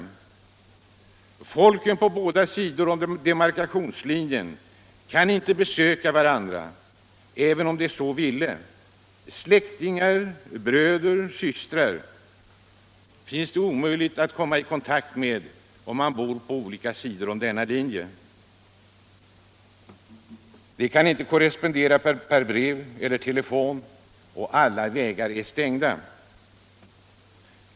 Människorna på båda sidor om demarkationslinjen kan inte besöka varandra, även om de så ville. Stäktingar, bröder och svstrar, är det omöjligt att komma 1 kontakt med, om de bor på olika sidor om denna linje. De kan inte korrespondera per brev celler telefon. Alla vägar är stängda.